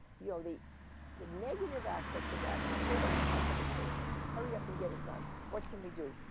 you know the the negative aspects of that there was a sense of impatience, hurry up and get it done. what can we do?